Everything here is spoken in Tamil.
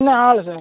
இன்னும் ஆகலை சார்